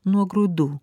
nuo grūdų